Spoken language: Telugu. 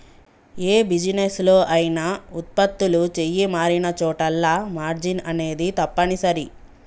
యే బిజినెస్ లో అయినా వుత్పత్తులు చెయ్యి మారినచోటల్లా మార్జిన్ అనేది తప్పనిసరి